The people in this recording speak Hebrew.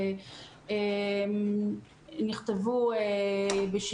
נכתבו מתווים,